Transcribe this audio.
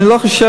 אני לא חושב,